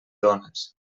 dones